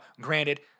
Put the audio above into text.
granted